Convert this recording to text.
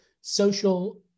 social